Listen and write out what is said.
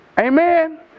Amen